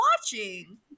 watching